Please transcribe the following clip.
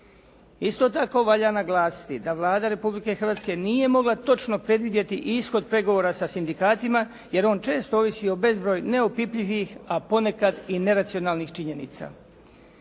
Isto tako valja naglasiti da Vlada Republike Hrvatske nije mogla točno predvidjeti ishod pregovora sa sindikatima, jer on često ovisi o bezbroj neopipljivih, a ponekad i neracionalnih činjenica.